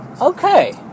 okay